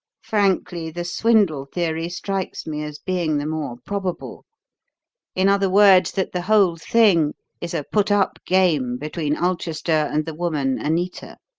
frankly, the swindle theory strikes me as being the more probable in other words, that the whole thing is a put-up game between ulchester and the woman anita